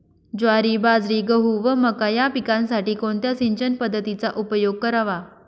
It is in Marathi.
ज्वारी, बाजरी, गहू व मका या पिकांसाठी कोणत्या सिंचन पद्धतीचा उपयोग करावा?